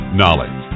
knowledge